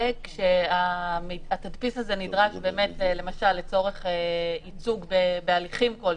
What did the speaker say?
וכשהתדפיס הזה נדרש לצורך ייצוג בהליכים כלשהם,